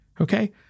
Okay